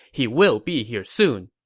he will be here soon.